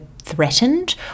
threatened